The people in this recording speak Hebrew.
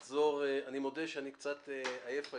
אני מודה שאני עייף מאוד,